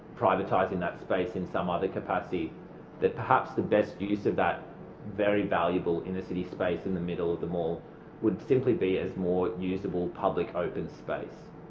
privatising that space in some other capacity that perhaps the best use of that very valuable inner city space in the middle of the mall would simply be as more usable public open space.